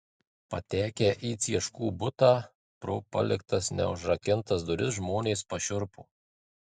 patekę į cieškų butą pro paliktas neužrakintas duris žmonės pašiurpo